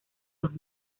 los